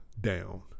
down